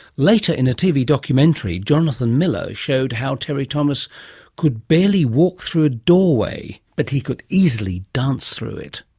later, in a tv documentary, jonathan miller showed how terry thomas could barely walk through a doorway, but he could easily dance through it.